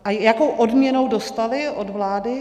A jakou odměnu dostali od vlády?